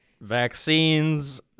vaccines